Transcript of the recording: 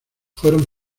fueron